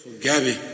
gabby